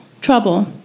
trouble